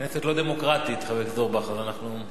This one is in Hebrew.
כנסת לא דמוקרטית, חבר הכנסת אורבך, אז אנחנו,